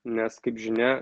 nes kaip žinia